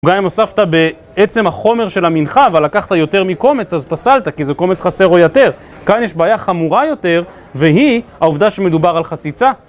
גם אם הוספת בעצם החומר של המנחה, אבל לקחת יותר מקומץ, אז פסלת, כי זה קומץ חסר או יתר. כאן יש בעיה חמורה יותר, והיא העובדה שמדובר על חציצה.